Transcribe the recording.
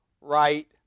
right